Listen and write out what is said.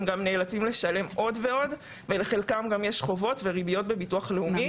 הם גם נאלצים לשלם עוד ועוד ולחלקם גם יש חובות וריביות בביטוח לאומי,